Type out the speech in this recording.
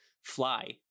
fly